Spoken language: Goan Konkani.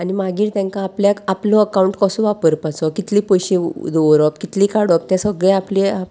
आनी मागीर तांकां आपल्याक आपलो अकावंट कसो वापरपाचो कितले पयशे दवरप कितले काडप तें सगळे आपले